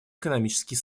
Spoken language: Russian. экономические